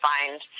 find